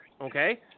okay